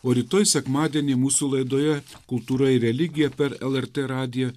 o rytoj sekmadienį mūsų laidoje kultūra ir religija per lrt radiją